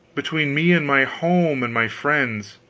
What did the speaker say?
between me and my home and my friends!